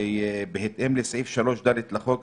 ו"בהתאם לסעיף 3ד לחוק,